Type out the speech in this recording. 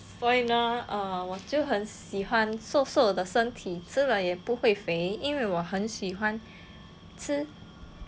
所以呢我就很喜欢瘦瘦的身体吃了也不会肥因为我很喜欢吃